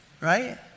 Right